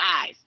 eyes